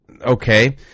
Okay